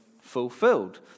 fulfilled